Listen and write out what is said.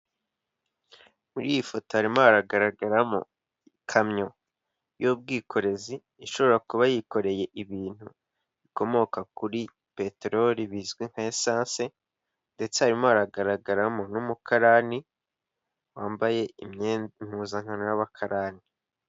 Muri iyi foto harimo hagaragaramo ikamyo y'ubwikorezi, ishobora kuba yikoreye ibintu bikomoka kuri peteroli bizwi nka esanse ndetse harimo haragaragaramo n'umukarani wambaye imyenda impuzankano y'abakarani.